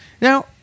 Now